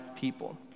people